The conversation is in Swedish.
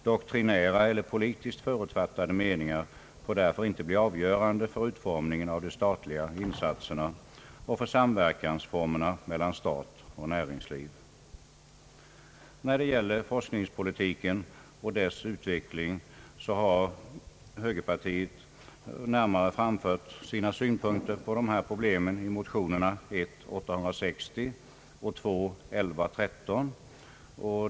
Doktrinära eller politiskt förutfattade meningar får därför inte bli avgörande för utformningen av de statliga insatserna och för formerna för samverkan mellan stat och näringsliv. När det gäller forskningspolitiken och dess utveckling har högerpartiet närmare framfört sina synpunkter på problemen i motionerna I: 860 och II: 1113.